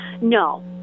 No